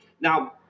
Now